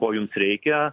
ko jums reikia